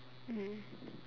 mm